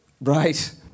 Right